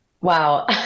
Wow